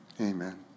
Amen